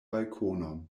balkonon